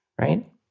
right